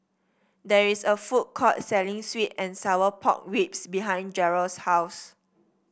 there is a food court selling sweet and Sour Pork Ribs behind Jarrell's house